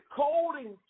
coding